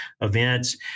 events